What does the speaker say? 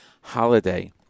holiday